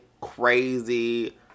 crazy